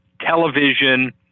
television